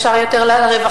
אפשר יותר לרווחה,